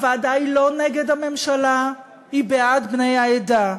הוועדה היא לא נגד הממשלה, היא בעד בני העדה.